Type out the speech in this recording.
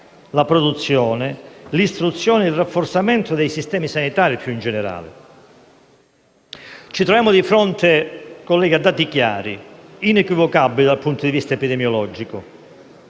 la produzione, l'istruzione e il rafforzamento dei sistemi sanitari in generale. Colleghi, ci troviamo di fronte a dati chiari e inequivocabili dal punto di vista epidemiologico.